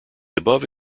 above